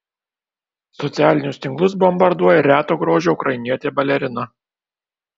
socialinius tinklus bombarduoja reto grožio ukrainietė balerina